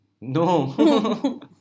No